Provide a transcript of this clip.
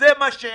זה מה שיש,